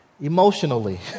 emotionally